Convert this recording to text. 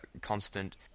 constant